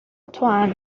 توام